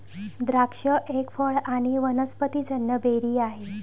द्राक्ष एक फळ आणी वनस्पतिजन्य बेरी आहे